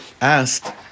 asked